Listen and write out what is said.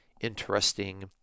interesting